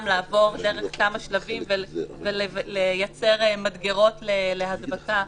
לעבור דרך כמה שלבים ולייצר מדגרות להדבקה.